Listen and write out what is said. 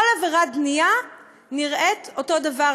כל עבירת בנייה נראית אותו הדבר,